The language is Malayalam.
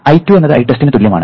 I2 എന്നത് Itest ന് തുല്യമാണ്